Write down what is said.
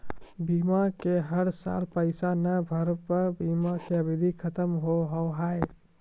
बीमा के हर साल पैसा ना भरे पर बीमा के अवधि खत्म हो हाव हाय?